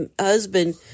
husband